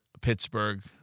Pittsburgh